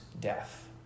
death